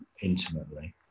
intimately